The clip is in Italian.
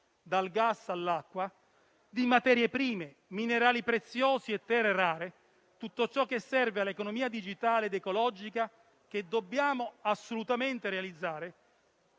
dal gas all'acqua, di materie prime, minerali preziosi e terre rare, di tutto ciò che serve all'economia digitale ed ecologica - lo dobbiamo assolutamente realizzare